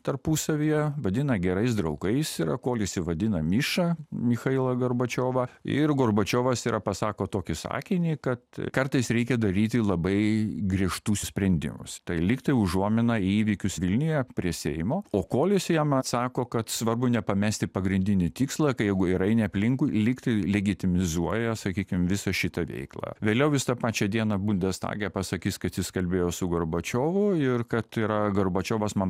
tarpusavyje vadina gerais draugais yra kolis jį vadina miša michailą gorbačiovą ir gorbačiovas yra pasako tokį sakinį kad kartais reikia daryti labai griežtus sprendimus tai lygtai užuomina į įvykius vilniuje prie seimo o kolis jam atsako kad svarbu nepamesti pagrindinį tikslą ką jeigu ir eini aplinkui likti ligitimizuoja sakykim visą šitą veiklą vėliau jis tą pačią dieną bundestage pasakys kad jis kalbėjo su gorbačiovu ir kad yra gorbačiovas man